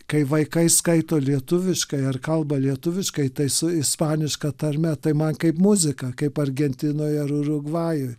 kai vaikai skaito lietuviškai ar kalba lietuviškai tai su ispaniška tarme tai man kaip muzika kaip argentinoj ar urugvajuj